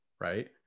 right